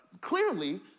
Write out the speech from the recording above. clearly